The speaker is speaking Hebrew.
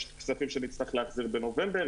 יש כספים שנצטרך להחזיר בנובמבר,